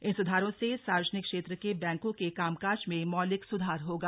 इन सुधारों से सार्वजनिक क्षेत्र के बैंकों के काम काज में मौलिक सुधार होगा